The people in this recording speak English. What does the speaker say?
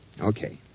Okay